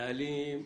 נהלים,